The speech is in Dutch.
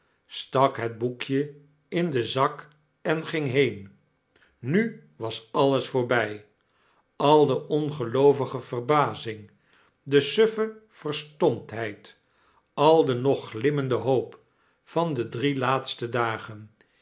stak het boekje in den zak en ging heen nu was alles voorbtf al de ongeloovige verbazing de suffe verstomptheid al de nog glimmende hoop van de drie laatste dagen